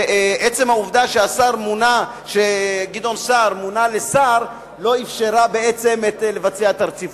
ועצם העובדה שגדעון סער מונה לשר לא אפשרה בעצם לבצע את הרציפות.